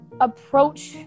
approach